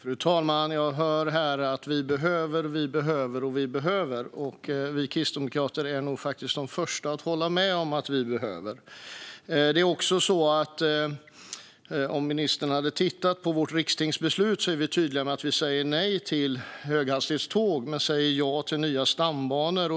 Fru talman! Jag hör här att vi behöver, att vi behöver och att vi behöver. Vi kristdemokrater är nog de första att hålla med om att vi behöver. Om ministern hade tittat på vårt rikstingsbeslut hade han sett att vi är tydliga med att vi säger nej till höghastighetståg men ja till nya stambanor.